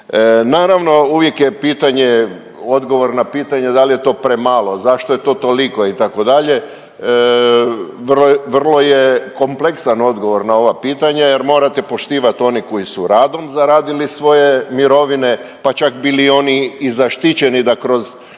Naravno, uvijek je pitanje, odgovor na pitanje da li je to premalo, zašto je to toliko, itd., vrlo je kompleksan odgovor na ova pitanje jer morate poštivati one koji su radom zaradili svoje mirovine pa čak bili oni i zaštićeni da kroz